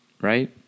right